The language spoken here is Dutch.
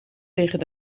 tegen